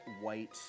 white